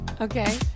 Okay